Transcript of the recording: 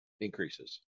increases